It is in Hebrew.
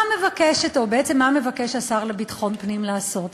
מה מבקש השר לביטחון פנים לעשות עכשיו?